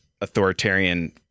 authoritarian